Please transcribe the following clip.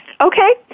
Okay